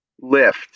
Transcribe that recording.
lift